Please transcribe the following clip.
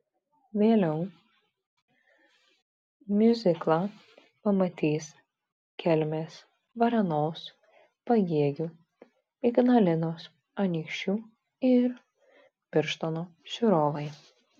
vėliau miuziklą pamatys kelmės varėnos pagėgių ignalinos anykščių ir birštono žiūrovai